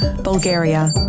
Bulgaria